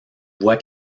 voie